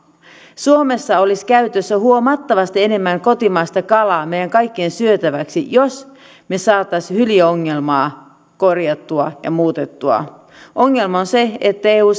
suomessa olisi käytössä huomattavasti enemmän kotimaista kalaa meidän kaikkien syötäväksi jos me saisimme hyljeongelmaa korjattua ja muutettua ongelma on se että eu